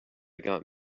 got